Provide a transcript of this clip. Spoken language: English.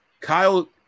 kyle